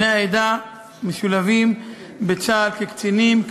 בני העדה משולבים בצה"ל כקצינים,